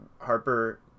Harper